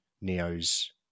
neo's